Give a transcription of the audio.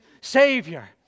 Savior